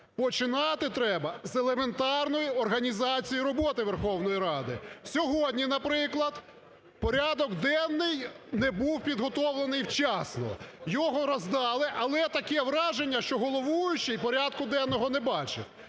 починати треба з елементарної організації роботи Верховної Ради. Сьогодні, наприклад, порядок денний не був підготовлений вчасно. Його роздали, але таке враження, що головуючий порядку денного не бачив.